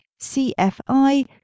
CFI